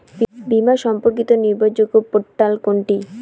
বীমা সম্পর্কিত নির্ভরযোগ্য পোর্টাল কোনটি?